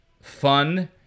fun